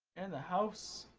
and the house